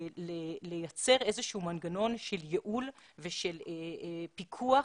לייצר איזשהו מנגנון של ייעול, של פיקוח